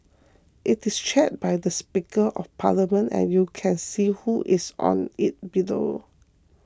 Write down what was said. it is chaired by the Speaker of Parliament and you can see who is on it below